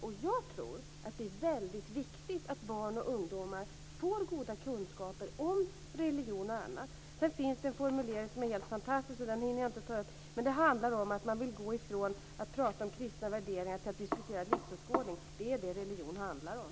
Det är, tror jag, väldigt viktigt att barn och ungdomar får goda kunskaper om religion och annat. Sedan finns det en formulering i sammanhanget som är helt fantastisk. Tyvärr hinner jag inte ta upp den nu men det handlar om att man vill gå ifrån att prata om kristna värderingar för att i stället diskutera livsåskådning - men det är ju vad religion handlar om.